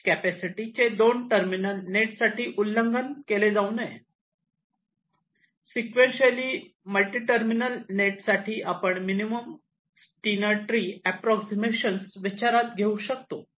is capacity चे 2 terminal नेटसाठी उल्लंघन केले जाऊ नये सिक्वेन्सशिअली मल्टिटर्मिनल नेटसाठी आपण मिनिमम स्टीनर ट्री अँप्रॉक्सिमेशन्स विचारात घेऊ शकतो